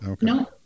no